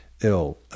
ill